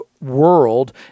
world